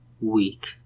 weak